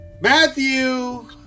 Matthew